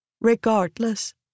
Regardless